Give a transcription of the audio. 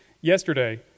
Yesterday